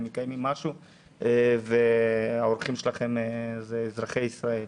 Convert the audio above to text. מקיימים משהו והאורחים שלכם זה אזרחי ישראל,